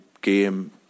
game